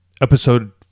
Episode